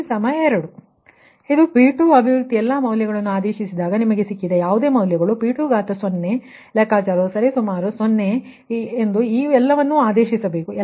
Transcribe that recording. ಆದ್ದರಿಂದ ಇಲ್ಲಿ P2 ಅಭಿವ್ಯಕ್ತಿ ಎಲ್ಲಾ ಮೌಲ್ಯಗಳನ್ನು ಸಬ್ಸ್ ಟ್ಯೂಟ್ಮಾಡಿದಾಗ P2ಸಿಗುವುದು ಹಾಗೂ ಅದು 0 ಆಗಿದ್ರುವುದು